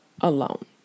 alone